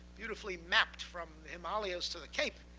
beautifully mapped from himalayas to the cape,